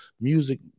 music